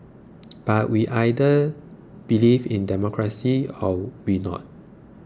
but we either believe in democracy or we not